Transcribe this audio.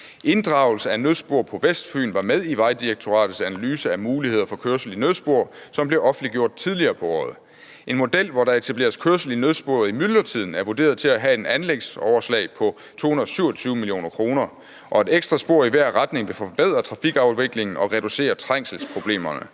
Inddragelse af nødspor på Vestfyn var med i Vejdirektoratets analyse af muligheder for kørsel i nødspor, som blev offentliggjort tidligere på året. En model med etablering af kørsel i nødsporet i myldretiden er vurderet til at have et anlægsoverslag på 227 mio. kr., og et ekstra spor i hver retning vil forbedre trafikafviklingen og reducere trængselsproblemer.